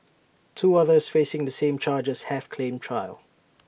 two others facing the same charges have claimed trial